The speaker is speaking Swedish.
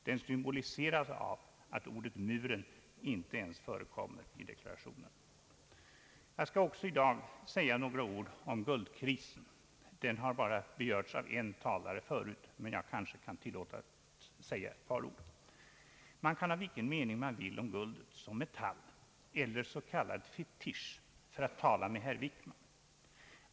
Den symboliseras av att ordet muren inte ens förekommer i deklarationen. Jag skall också i dag säga några ord om guldkrisen. Den har berörts av bara en talare förut, men jag kan kanske tilllåta mig att säga ett par ord. Man kan ha vilken mening man vill om guldet som metall eller s.k. fetisch, för att tala med herr Wickman.